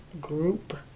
Group